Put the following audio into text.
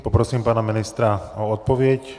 Poprosím pana ministra o odpověď.